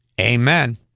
Amen